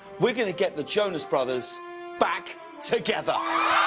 we're going to get the johnas brothers back together.